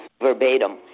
verbatim